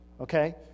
okay